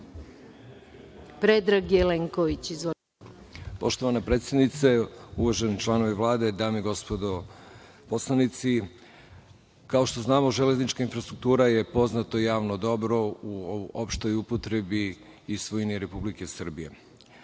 Predrag Jelenković. Izvolite.